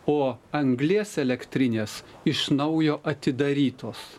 o anglies elektrinės iš naujo atidarytos